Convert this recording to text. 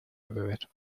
beber